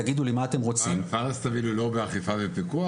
'תגידו לי מה אתם רוצים -- פארס לא באכיפה ופיקוח?